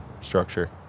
structure